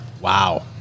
Wow